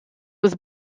was